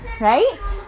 right